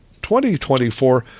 2024